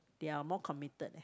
they are more committed leh